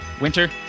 Winter